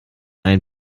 ein